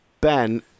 Ben